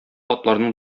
атларның